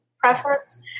Preference